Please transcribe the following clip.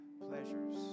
pleasures